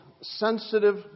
sensitive